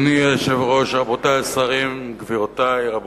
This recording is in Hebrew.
היושב-ראש, רבותי השרים, גבירותי, רבותי,